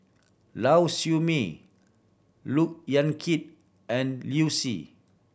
Lau Siew Mei Look Yan Kit and Liu Si